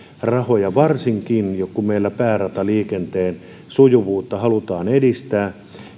rahoja varsinkin kun meillä päärataliikenteen sujuvuutta halutaan edistää